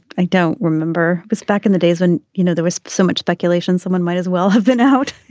i don't remember was back in the days when you know there was so much speculation someone might as well have been out.